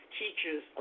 teachers